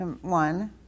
One